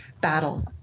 battle